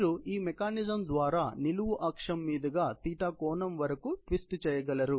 మీరు ఈ మెకానిజం ద్వారా నిలువు అక్షం మీదుగా కోణము వరకు ట్విస్ట్ చేయగలరు